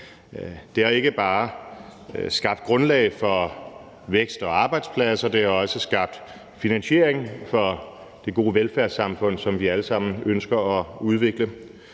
Det har ikke bare skabt grundlag for vækst og arbejdspladser. Det har også skabt finansiering for det gode velfærdssamfund, som vi alle sammen ønsker at udvikle.